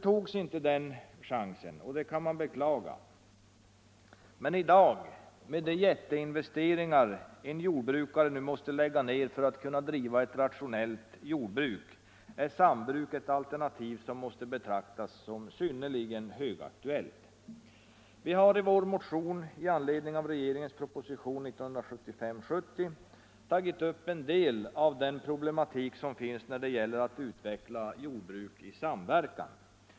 Den chansen togs inte och det kan man beklaga, men i dag med de jätteinvesteringar en jordbrukare nu måste lägga ner för att kunna driva ett rationellt jordbruk är sambruk ett alternativ som måste betraktas som högaktuellt. Vi har i vår motion i anledning av regeringens proposition nr 70 tagit upp en del av den problematik som finns när det gäller att utveckla jordbruk i samverkan.